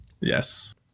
Yes